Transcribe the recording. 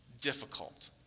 difficult